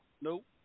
Nope